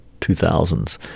2000s